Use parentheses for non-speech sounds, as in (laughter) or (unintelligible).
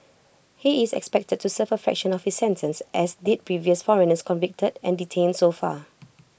he is expected to serve A (unintelligible) of his sentence as did previous foreigners convicted and detained so far